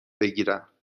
بگیرم